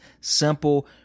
simple